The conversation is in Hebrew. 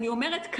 אמרת לו: